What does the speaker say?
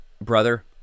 brother